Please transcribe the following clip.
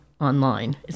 online